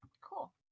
Cool